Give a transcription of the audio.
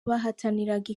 bahataniraga